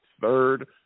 third